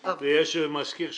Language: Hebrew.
נכון, אבל לא בנוסח המוסכם.